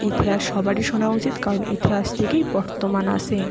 ইতিহাস সবারই শোনা উচিত কারণ ইতিহাস থেকেই বর্তমান আসে